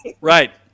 Right